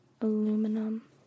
Aluminum